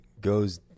goes